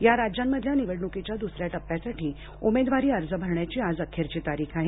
या राज्यांमधल्या निवडणुकीच्या दुसऱ्या टप्प्यासाठी उमेदवारी अर्ज भरण्याची आज अखेरची तारीख आहे